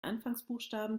anfangsbuchstaben